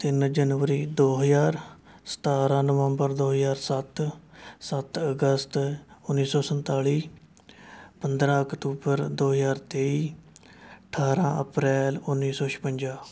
ਤਿੰਨ ਜਨਵਰੀ ਦੋ ਹਜ਼ਾਰ ਸਤਾਰ੍ਹਾਂ ਨਵੰਬਰ ਦੋ ਹਜ਼ਾਰ ਸੱਤ ਸੱਤ ਅਗਸਤ ਉੱਨੀ ਸੌ ਸੰਤਾਲ਼ੀ ਪੰਦਰਾਂ ਅਕਤੂਬਰ ਦੋ ਹਜ਼ਾਰ ਤੇਈ ਅਠਾਰ੍ਹਾਂ ਅਪ੍ਰੈਲ ਉੱਨੀ ਸੌ ਛਪੰਜਾ